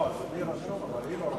אדוני רשום, אבל היא לא רשמה.